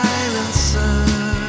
Silencer